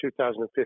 2015